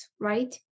right